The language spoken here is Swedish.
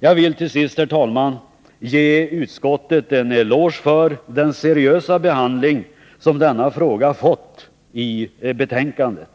Jag vill till sist, herr talman, ge utskottet en eloge för den seriösa behandling som denna fråga har fått i betänkandet.